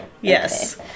yes